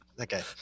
Okay